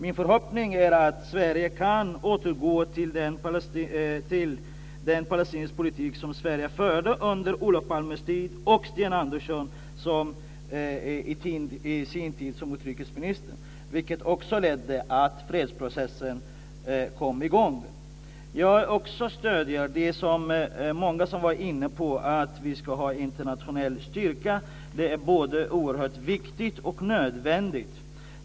Min förhoppning är att Sverige kan återgå till den palestinska politik som Sverige förde under Olof Palmes tid och under Sten Anderssons tid som utrikesminister, vilket också ledde till att fredsprocessen kom i gång. Jag stöder också det som många har varit inne på, nämligen att vi ska ha en internationell styrka. Det är oerhört viktigt och nödvändigt.